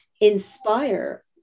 inspire